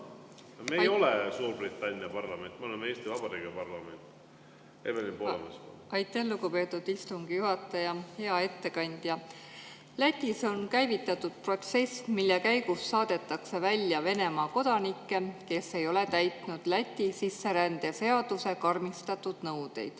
Me ei ole Suurbritannia parlament, me oleme Eesti Vabariigi parlament. Evelin Poolamets, palun! Aitäh, lugupeetud istungi juhataja! Hea ettekandja! Lätis on käivitatud protsess, mille käigus saadetakse välja Venemaa kodanikke, kes ei ole täitnud Läti sisserändeseaduse karmistatud nõudeid